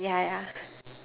yeah yeah